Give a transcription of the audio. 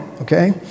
okay